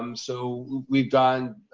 um so we've done,